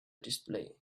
display